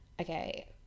Okay